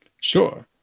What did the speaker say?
Sure